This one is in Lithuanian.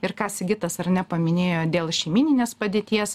ir ką sigitas ar ne paminėjo dėl šeimyninės padėties